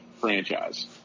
franchise